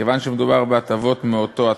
כיוון שמדובר בהטבות מאותו התחום,